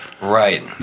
Right